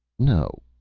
no,